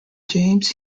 james